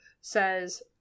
says